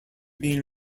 being